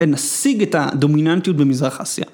‫ונשיג את הדומיננטיות ‫במזרח אסיה.